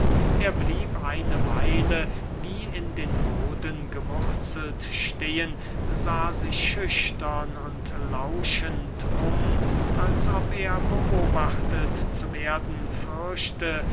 er blieb eine weile wie in den boden gewurzelt stehen sah sich schüchtern und lauschend um als ob er beobachtet zu werden fürchte